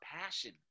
passion